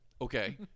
Okay